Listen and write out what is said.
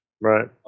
Right